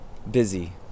Busy